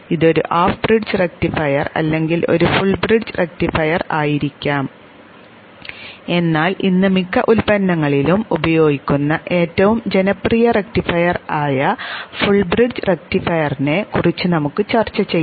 ഇത് ഒരു half bridge rectifier അല്ലെങ്കിൽ ഒരു ഫുൾ ബ്രിഡ്ജ് റക്റ്റിഫയർ ആയിരിക്കാം എന്നാൽ ഇന്ന് മിക്ക ഉൽപ്പന്നങ്ങളിലും ഉപയോഗിക്കുന്ന ഏറ്റവും ജനപ്രിയ റക്റ്റിഫയർ ആയ ഫുൾ ബ്രിഡ്ജ് റക്റ്റിഫയറിനെ കുറിച്ച് നമുക്ക് ചർച്ച ചെയ്യാം